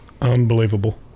unbelievable